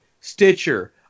Stitcher